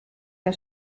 der